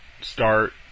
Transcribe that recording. start